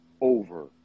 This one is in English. Over